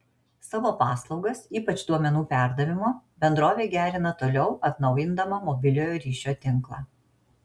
savo paslaugas ypač duomenų perdavimo bendrovė gerina toliau atnaujindama mobiliojo ryšio tinklą